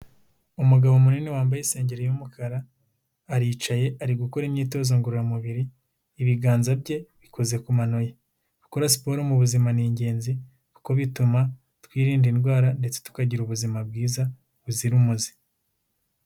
Umugabo munini wambaye isengeri y'umukara, aricaye ari gukora imyitozo ngororamubiri, ibiganza bye bikoze ku mano ye, gukora siporo mu buzima ni ingenzi, kuko bituma twirinda indwara ndetse tukagira ubuzima bwiza buzira umuze.